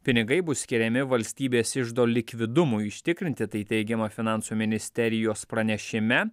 pinigai bus skiriami valstybės iždo likvidumui užtikrinti tai teigiama finansų ministerijos pranešime